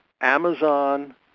Amazon